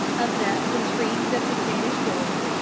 of the intrigues of the spanish court,